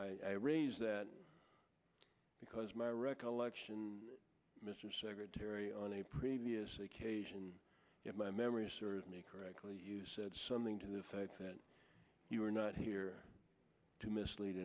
i raise that because my recollection mr secretary on a previous occasion if my memory serves me correctly you said something to the fact that you are not here to mislead